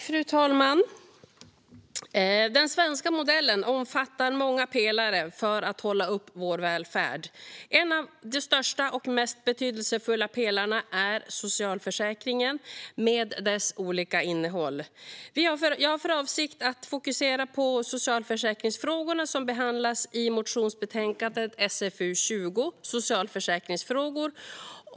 Fru talman! Den svenska modellen omfattar många pelare för att hålla upp vår välfärd. En av de största och mest betydelsefulla pelarna är socialförsäkringen med dess olika innehåll. Jag har för avsikt att fokusera på sjukförsäkringsfrågorna, som behandlas i motionsbetänkande SfU20 S o cialförsäkringsfrågor .